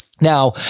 Now